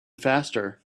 faster